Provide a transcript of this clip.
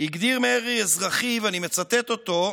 הגדיר מרי אזרחי, ואני מצטט אותו,